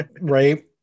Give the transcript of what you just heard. Right